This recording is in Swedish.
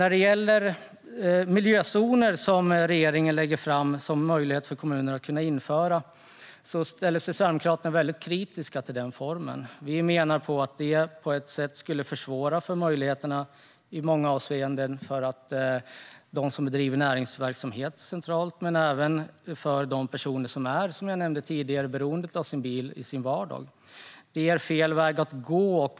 Regeringen lägger fram förslag om att det ska bli möjligt för kommunerna att införa miljözoner. Sverigedemokraterna ställer sig väldigt kritiska till det. Vi menar att det i många avseenden skulle försvåra för möjligheterna för dem som bedriver näringsverksamhet och även för dem som är beroende av bilen i sin vardag. Det är fel väg att gå.